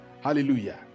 Hallelujah